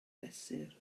fesur